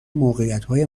موقعیتهای